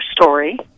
story